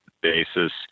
basis